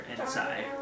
inside